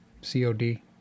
COD